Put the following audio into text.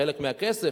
חלק מהכסף,